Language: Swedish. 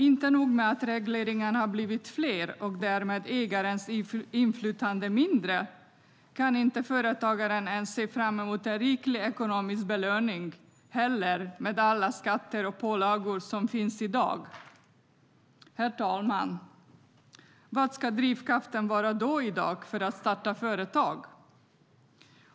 Det är inte nog med att regleringarna har blivit fler och ägarens inflytande därmed mindre. Företagaren kan inte ens se fram emot en riklig ekonomisk belöning i och med alla skatter och pålagor som finns i dag. Herr talman! Vad ska då drivkraften vara i dag för att starta företag?